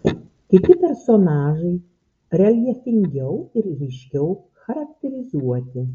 kiti personažai reljefingiau ir ryškiau charakterizuoti